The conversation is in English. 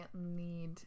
need